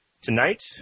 Tonight